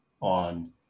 on